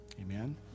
amen